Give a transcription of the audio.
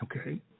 Okay